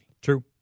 True